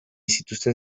zituzten